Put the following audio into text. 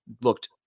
looked